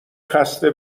خسته